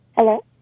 Hello